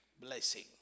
blessing